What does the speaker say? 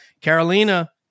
Carolina